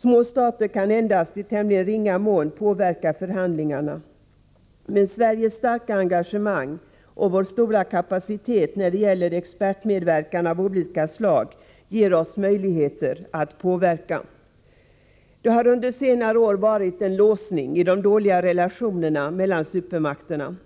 Små stater kan endast i tämligen ringa mån påverka förhandlingarna. Men Sveriges starka engagemang och vår stora kapacitet när det gäller expertmedverkan av olika slag ger oss möjligheter att påverka. Det har under senare år varit en låsning i de dåliga relationerna mellan supermakterna.